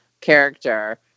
character